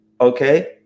okay